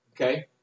okay